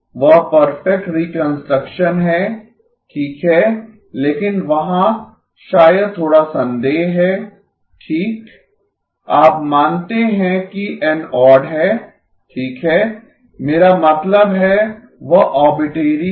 वह perfect reconstruction है ठीक है लेकिन वहाँ शायद थोड़ा संदेह है ठीक आप मानते हैं कि N ओड है ठीक है मेरा मतलब है वह आरबिट्रेरी है